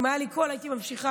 אם היה לי קול הייתי ממשיכה.